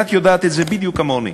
ואת יודעת את זה בדיוק כמוני